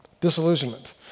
Disillusionment